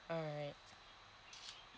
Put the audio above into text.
alright